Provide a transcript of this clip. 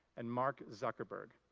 and mark zuckerburg.